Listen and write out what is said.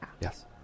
Yes